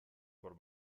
por